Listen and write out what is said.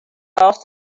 off